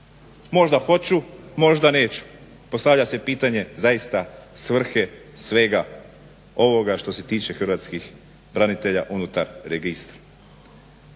možda hoću, možda neću. Postavlja se pitanje zaista svrhe svega ovoga što se tiče hrvatskih branitelja unutar registra.